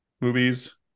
movies